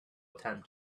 attempt